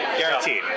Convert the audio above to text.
Guaranteed